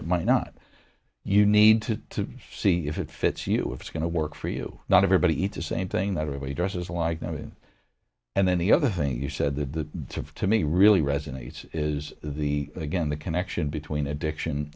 it might not you need to see if it fits you it's going to work for you not everybody eats the same thing that everybody dresses like that and then the other thing you said the to me really resonates is the again the connection between addiction